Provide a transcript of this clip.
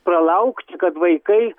pralaukt kad vaikai